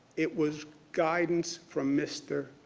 it was guidance from mr.